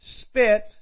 spit